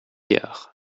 milliards